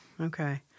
Okay